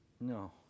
No